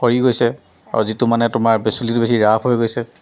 সৰি গৈছে আৰু যিটো মানে তোমাৰ বেছি ৰাফ হৈ গৈছে